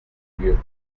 lieu